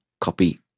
Copy